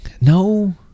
No